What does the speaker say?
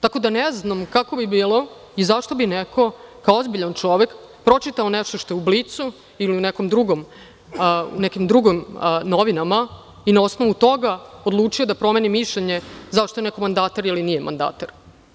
Tako da, ne znam kako bi bilo i zašto bi neko kao ozbiljan čovek pročitao nešto što je u Blicu, ili u nekim drugim novinama, i na osnovu toga odlučio da promeni mišljenje zašto je neko mandatar ili nije mandatar.